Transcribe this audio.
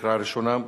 בקריאה ראשונה.